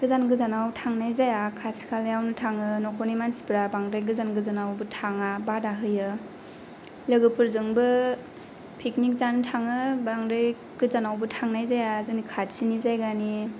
गोजान गोजानाव थांनाय जाया खाथि खालायावनो थाङो न' खरनि मानसिफोरा बांद्राय गोजान गोजानावबो थाङा बाधा होयो लोगोफोरजोंबो पिकनिक जानो थाङो बांद्राय गोजानावबो थांनाय जाया जोंनि खाथिनि जायगानि